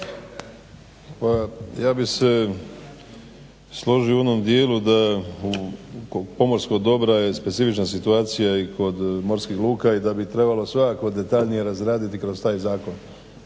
ja bih se složio u onom dijelu da kod pomorskog dobra je specifična situacija i kod morskih luka i da bi trebalo svakako detaljnije razraditi kroz taj Zakon